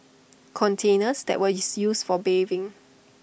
containers that were is used for bathing